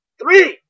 three